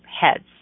heads